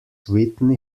whitney